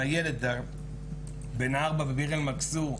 הילד בן ה-4 בביר אל-מכסור,